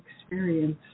experience